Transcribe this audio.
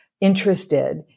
interested